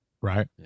right